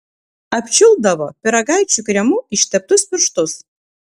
apčiulpdavo pyragaičių kremu išteptus pirštus